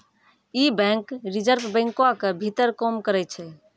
इ bank reserve बैंको के भीतर काम करै छै